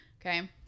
Okay